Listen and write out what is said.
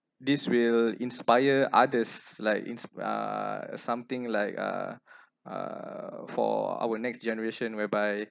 this will inspire others like it's uh something like uh uh for our next generation whereby